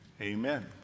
amen